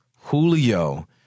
Julio